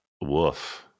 woof